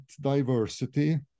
diversity